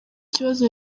kibazo